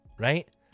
right